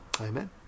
Amen